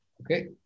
okay